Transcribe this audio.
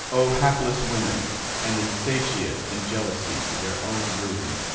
o hapless women, and insatiate in jealousy to their own ruin!